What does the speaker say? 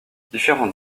différentes